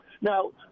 Now